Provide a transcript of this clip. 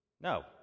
No